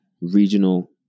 regional